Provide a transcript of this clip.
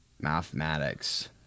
mathematics